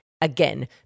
again